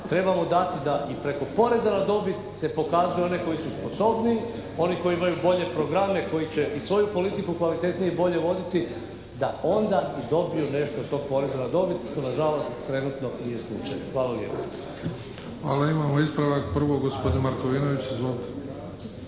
trebamo dati da i preko poreza na dobit se pokazuje one koji su sposobniji, oni koji imaju bolje programe koji će i svoju politiku kvalitetnije i bolje voditi da onda i dobiju nešto tog poreza na dobit što na žalost trenutno nije slučaj. Hvala lijepo. **Bebić, Luka (HDZ)** Hvala. Imamo ispravak. Prvo gospodin Markovinović. Izvolite.